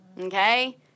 Okay